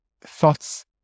thoughts